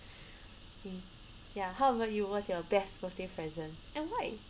mm ya how about you what's your best birthday present and why